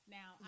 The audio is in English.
Now